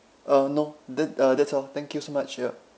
uh no that uh that's all thank you so much yup